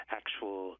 actual